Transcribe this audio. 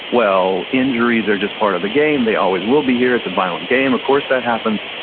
well, injuries are just part of the game, they always will be here. it's a violent game, of course, that happens.